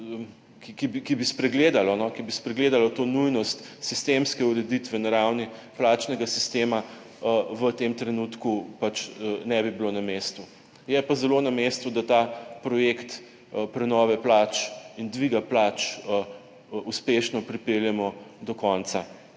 ki bi spregledalo to nujnost sistemske ureditve na ravni plačnega sistema, v tem trenutku pač ne bi bilo na mestu. Je pa zelo na mestu, da ta projekt prenove plač in dviga plač uspešno pripeljemo do konca.